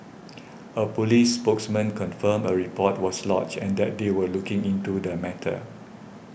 a police spokesman confirmed a report was lodged and that they were looking into the matter